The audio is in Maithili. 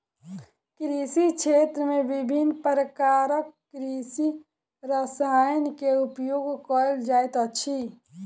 कृषि क्षेत्र में विभिन्न प्रकारक कृषि रसायन के उपयोग कयल जाइत अछि